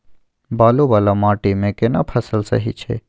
बालू वाला माटी मे केना फसल सही छै?